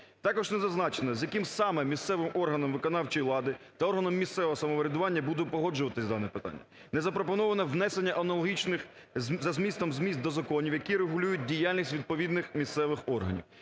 Також слід зазначити, з яким саме місцевим органом виконавчої влади та органом місцевого самоврядування буде погоджуватися дане питання. Не запропоновано внесення аналогічних за замістом змін до законів, які регулюють діяльність відповідних місцевих органів.